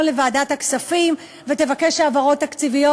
לוועדת הכספים ותבקש העברות תקציביות.